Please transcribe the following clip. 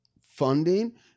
funding